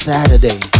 Saturday